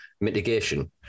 mitigation